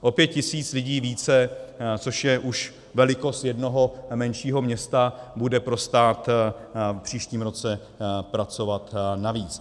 O pět tisíc lidí více, což je už velikost jednoho menšího města, bude pro stát v příštím roce pracovat navíc.